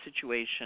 situation